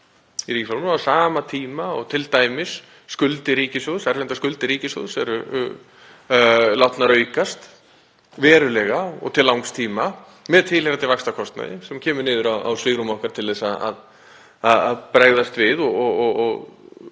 í ríkisfjármálum á sama tíma og t.d. skuldir ríkissjóðs, erlendar skuldir ríkissjóðs, eru látnar aukast verulega og til langs tíma með tilheyrandi vaxtakostnaði, sem kemur niður á svigrúmi okkar til að bregðast við og